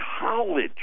college